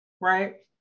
right